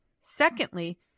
secondly